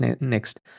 next